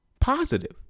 positive